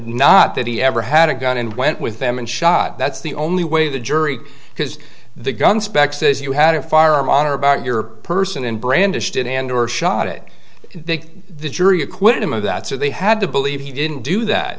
not that he ever had a gun and went with them and shot that's the only way the jury because the gun specs says you had a firearm on or about your person and brandished it and or shot it they the jury acquitted him of that so they had to believe he didn't do that